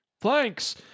Thanks